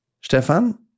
Stefan